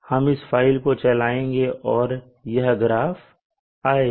हम इस फाइल को चलाएँगे और यह ग्राफ आएगा